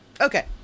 Okay